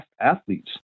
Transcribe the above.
athletes